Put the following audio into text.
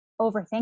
overthink